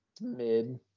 mid